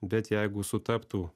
bet jeigu sutaptų